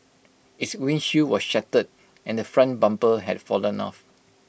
its windshield was shattered and the front bumper had fallen off